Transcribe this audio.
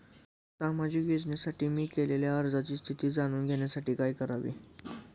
सामाजिक योजनेसाठी मी केलेल्या अर्जाची स्थिती जाणून घेण्यासाठी काय करावे?